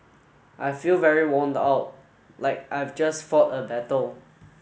I feel very worn out like I've just fought a battle